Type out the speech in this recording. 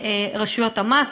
רשויות המס,